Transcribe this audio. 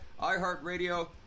iHeartRadio